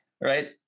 right